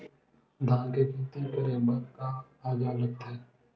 धान के खेती करे बर का औजार लगथे?